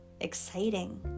exciting